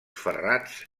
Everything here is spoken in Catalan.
ferrats